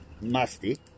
Musty